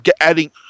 adding